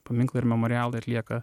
paminklai ir memorialai atlieka